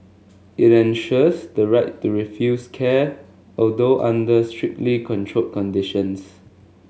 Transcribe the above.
it enshrines the right to refuse care although under strictly controlled conditions